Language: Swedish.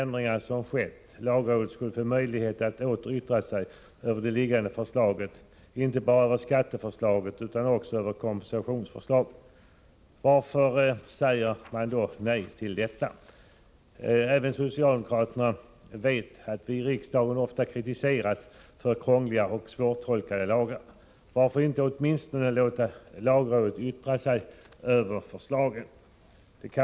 Vårt krav var att lagrådet skulle ha fått möjlighet att åter yttra sig över det föreliggande förslaget, inte bara över skatteförslaget utan också över kompensationsförslaget, efter de ändringar som har skett. Varför säger utskottsmajoriteten då nej till detta? Även socialdemokraterna vet att vi i riksdagen ofta kritiseras för krångliga och svårtolkade lagar. Varför kan man inte åtminstone låta lagrådet yttra sig över förslaget?